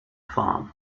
farm